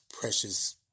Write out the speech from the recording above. precious